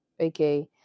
okay